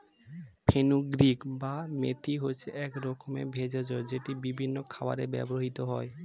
fenugreek বা মেথি হচ্ছে এক রকমের ভেষজ যেটি বিভিন্ন খাবারে ব্যবহৃত হয়